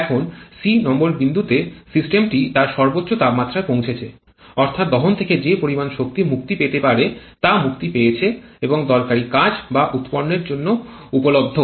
এখন c নং বিন্দুটি তে সিস্টেমটি তার সর্বোচ্চ তাপমাত্রায় পৌঁছেছে অর্থাৎ দহন থেকে যে পরিমাণ শক্তি মুক্তি পেতে পারত তা মুক্তি পেয়েছে এবং দরকারী কাজ বা উৎপাদনের জন্য উপলব্ধ